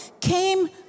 came